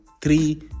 three